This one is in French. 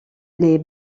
les